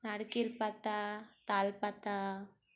নারকেল পাতা তালপাতা